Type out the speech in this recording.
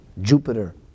Jupiter